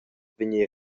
vegni